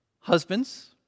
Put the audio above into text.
Husbands